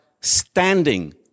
standing